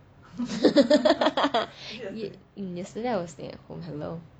yesterday I was staying at home hello